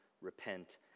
repent